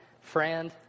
friend